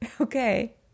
Okay